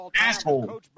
asshole